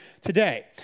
today